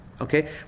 okay